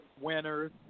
winners